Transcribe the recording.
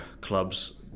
clubs